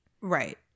Right